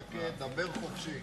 חכה, דבר חופשי.